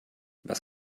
was